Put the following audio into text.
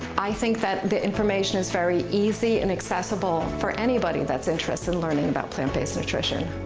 i think that the information is very easy and accessible for anybody that's interested in learning about plant-based nutrition.